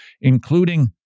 including